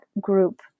group